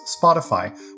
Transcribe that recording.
Spotify